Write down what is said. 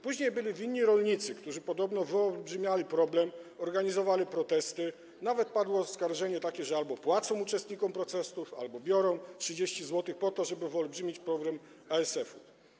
Później byli winni rolnicy, którzy podobno wyolbrzymiali problem, organizowali protesty, nawet padło takie oskarżenie, że albo płacą uczestnikom protestów, albo biorą 30 zł, a chodzi o to, żeby wyolbrzymić problem ASF.